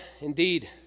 indeed